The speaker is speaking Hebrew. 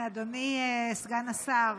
אדוני סגן השר,